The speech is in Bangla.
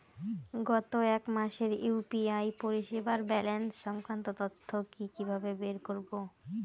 গত এক মাসের ইউ.পি.আই পরিষেবার ব্যালান্স সংক্রান্ত তথ্য কি কিভাবে বের করব?